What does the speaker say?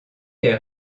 est